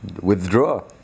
withdraw